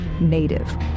Native